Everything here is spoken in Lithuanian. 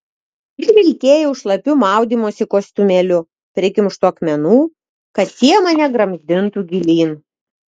ir vilkėjau šlapiu maudymosi kostiumėliu prikimštu akmenų kad tie mane gramzdintų gilyn